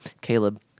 Caleb